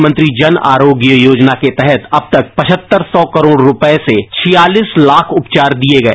प्रधानमंत्री जन अरोग्य योजना के तहत अब तक पचहत्तर सौ करोड़ रूपये से छियालीस लाख उपचार दिए गए